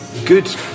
Good